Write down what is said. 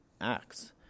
acts